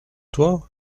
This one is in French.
toi